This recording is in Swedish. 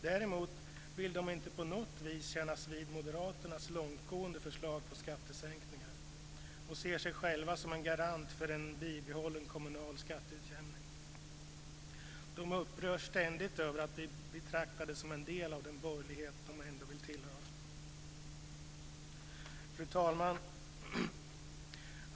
Däremot vill centerpartisterna inte på något vis kännas vid moderaternas långtgående förslag på skattesänkningar och ser sig själva som en garant för en bibehållen kommunal skatteutjämning. De upprörs ständigt över att bli betraktade som en del av den borgerlighet som de ändå vill tillhöra. Fru talman!